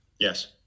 Yes